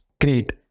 Great